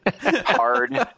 hard